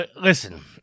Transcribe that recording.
Listen